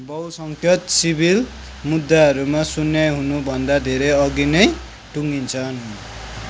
बहुसङ्ख्यक civil मुद्दाहरू सुनुवाइ हुनुभन्दा धेरै अघि नै टुङ्गिन्छन्